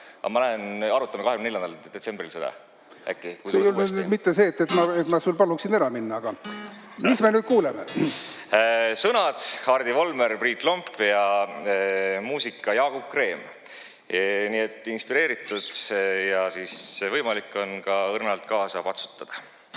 Aga mis me nüüd kuuleme? Siin ei ole nüüd mitte see, et ma sul paluksin ära minna. Aga mis me nüüd kuuleme? Sõnad: Hardi Volmer ja Priit Lomp; muusika: Jaagup Kreem. Nii et inspireeritud ja võimalik on ka õrnalt kaasa patsutada.